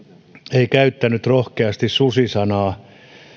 ei käyttänyt rohkeasti susi sanaa